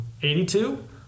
82